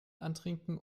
antrinken